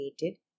created